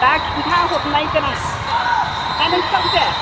दा खिन्था हरनायगोन आं ना नों खिन्था हरनोसै